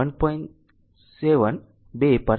7 2 પર આવો